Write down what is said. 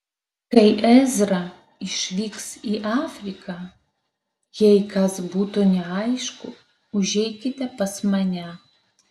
kai ezra išvyks į afriką jei kas būtų neaišku užeikite pas mane